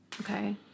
Okay